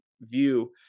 view